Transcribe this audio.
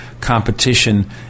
competition